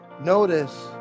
Notice